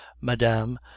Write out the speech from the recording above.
madame